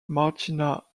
martina